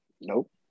Nope